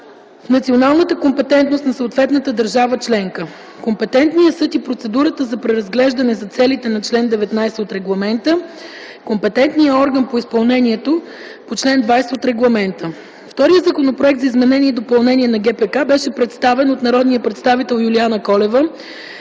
националната компетентност на съответната държава членка – компетентният съд и процедурата за преразглеждане за целите на чл. 19 от регламента, компетентният орган по изпълнението по чл. 20 от регламента. Вторият законопроект за изменение и допълнение на ГПК беше представен от народния представител Юлиана Колева,